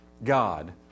God